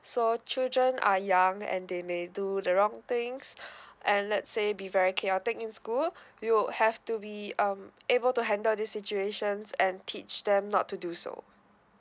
so children are young and they may do the wrong things and let say be very chaotic in school you will have to be um able to handle this situations and teach them not to do so